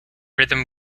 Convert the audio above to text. rhythm